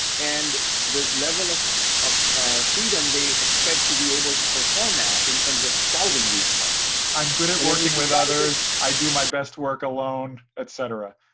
and the level of of freedom they expect to be able to perform at in terms of solving these questions. i'm good at working with others, i do my best work alone, et cetera,